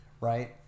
right